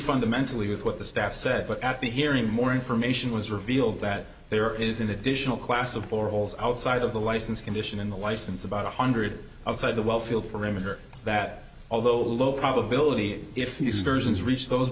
fundamentally with what the staff said but at the hearing more information was revealed that there is an additional class of boreholes outside of the license condition in the license about one hundred outside the well field perimeter that although low probability if the surgeons reach those